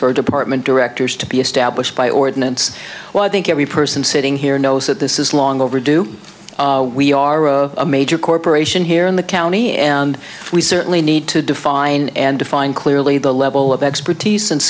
for department directors to be established by ordinance i think every person sitting here knows that this is long overdue we are a major corporation here in the county and we certainly need to define and define clearly the level of expertise and